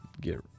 get